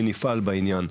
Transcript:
ונפעל בעניין.